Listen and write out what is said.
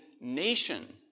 nation